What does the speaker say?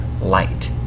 light